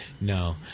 No